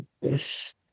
Yes